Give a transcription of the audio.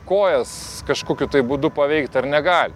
kojas kažkokiu būdu paveikt ar negali